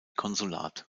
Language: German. konsulat